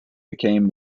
became